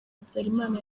habyarimana